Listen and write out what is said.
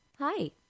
Hi